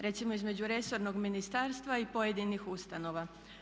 Recimo između resornog ministarstva i pojedinih ustanova.